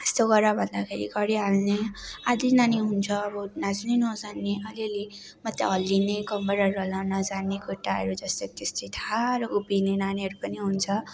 यस्तो गर भन्दाखेरि गरिहाल्ने आधा नानी हुन्छ अब नाच्नै नजान्ने अलिअलि मात्रै हल्लिने कम्मरहरू हल्लाउन नजान्ने खुट्टाहरू जस्तोको त्यस्तै ठाडो उभिने नानीहरू पनि हुन्छ